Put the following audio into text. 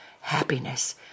happiness